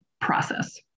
process